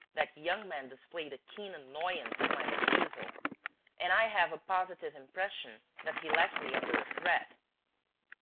that young man displayed a keen annoyance at my refusal and i have a positive impression that he left me under a threat.